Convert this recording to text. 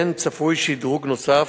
כן צפוי שדרוג נוסף,